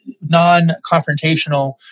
non-confrontational